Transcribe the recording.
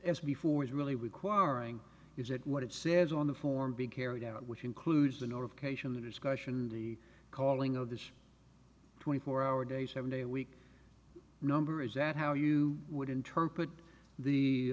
is before is really requiring is that what it says on the form being carried out which includes the nor occasion the discussion the calling of the twenty four hour day seven day a week number is that how you would interpret the